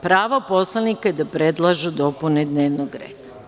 Pravo poslanika je da predlažu dopune dnevnog reda.